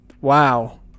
wow